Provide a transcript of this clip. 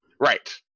right